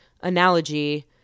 analogy